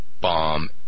bomb